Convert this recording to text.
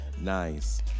Nice